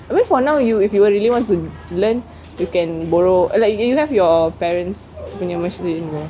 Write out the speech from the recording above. I mean for now if you if you really want to learn you can borrow like you can you have your parents punya